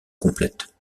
complète